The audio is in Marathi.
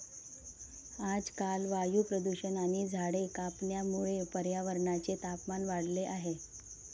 आजकाल वायू प्रदूषण आणि झाडे कापण्यामुळे पर्यावरणाचे तापमान वाढले आहे